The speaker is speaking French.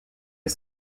est